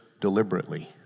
deliberately